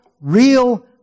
real